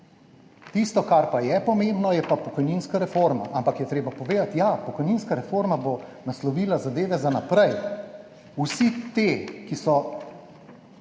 Tisto, kar pa je pomembno, je pa pokojninska reforma. Ampak je treba povedati, ja, pokojninska reforma bo naslovila zadeve za naprej. Vsi ti, ki